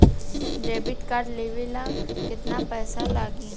Debit card लेवे ला केतना पईसा लागी?